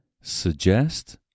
suggest